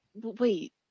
wait